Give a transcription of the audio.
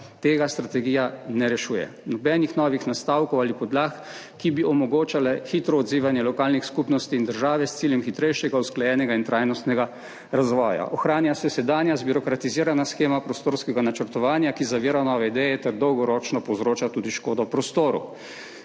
tega strategija ne rešuje. Nobenih novih nastavkov ali podlag, ki bi omogočali hitro odzivanje lokalnih skupnosti in države s ciljem hitrejšega, usklajenega in trajnostnega razvoja. Ohranja se sedanja zbirokratizirana shema prostorskega načrtovanja, ki zavira nove ideje ter dolgoročno povzroča tudi škodo prostoru.